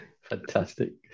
fantastic